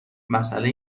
مسئله